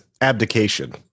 abdication